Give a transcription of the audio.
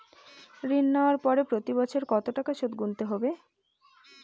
ঋণ নেওয়ার পরে প্রতি বছর কত টাকা সুদ গুনতে হবে?